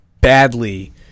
badly